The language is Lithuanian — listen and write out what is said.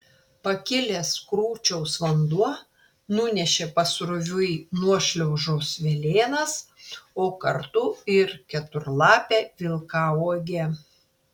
pakilęs krūčiaus vanduo nunešė pasroviui nuošliaužos velėnas o kartu ir keturlapę vilkauogę